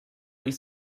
ils